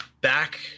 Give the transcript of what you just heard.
back